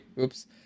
oops